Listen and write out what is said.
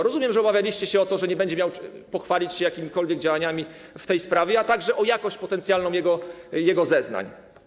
Rozumiem, że obawialiście się to, że nie będzie mógł pochwalić się jakimikolwiek działaniami w tej sprawie, a także o potencjalną jakość jego zeznań.